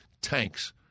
tanks